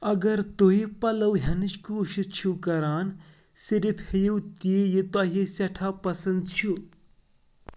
اَگر تۅہہِ پَلو ہٮ۪نٕچ کوٗشِش چھِو کَران صِرِف ہیٚیِو تی یہِ تۄہہِ سٮ۪ٹھاہ پَسنٛد چھُ